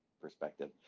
perspective